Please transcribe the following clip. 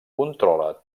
controla